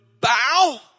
bow